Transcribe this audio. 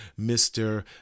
Mr